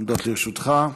עומדות לרשותך.